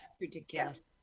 Ridiculous